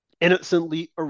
innocently